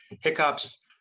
hiccups